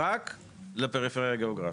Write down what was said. רק לפריפריה הגיאוגרפית.